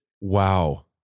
Wow